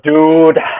Dude